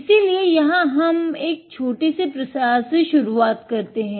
इसीलिए यहाँ हम एक छोटे से प्रसार से शुरुआत करते हैं